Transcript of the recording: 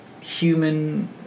human